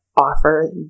offer